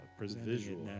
visual